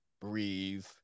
breathe